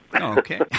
Okay